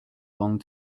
long